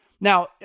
Now